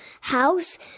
house